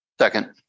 Second